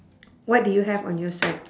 what do you have on your side